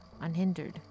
unhindered